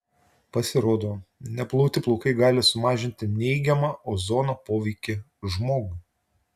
pasirodo neplauti plaukai gali sumažinti neigiamą ozono poveikį žmogui